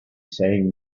saying